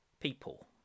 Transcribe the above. people